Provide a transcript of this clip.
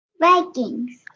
Vikings